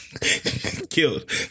killed